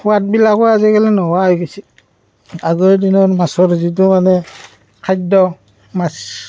সোৱাদবিলাকো আজিকালি নোহোৱা হৈ গৈছে আগৰদিনত মাছৰ যিটো মানে খাদ্য মাছ